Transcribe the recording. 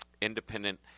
independent –